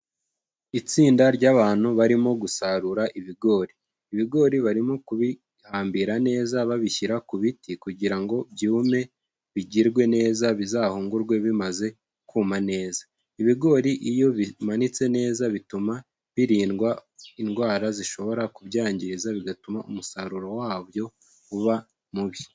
Itsinda ry'abantu barimo gusarura ibigori. Ibigori barimo kubihambira neza babishyira ku biti, kugira ngo byume bigirwe neza bizahungurwe bimaze kuma neza. Ibigori iyo bimanitse neza, bituma biririndwa indwara zishobora kubyangiza, bigatuma umusaruro wabyo uba mubi.